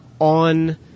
on